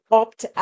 opt